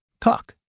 Cock